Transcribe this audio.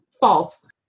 false